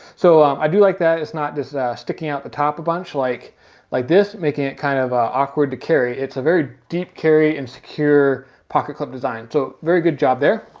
so i do like that it's not just ah sticking out the top a bunch like like this, making it kind of awkward to carry. it's a very deep carry and secure pocket clip design, so very good job there.